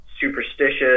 superstitious